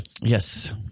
Yes